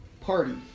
Party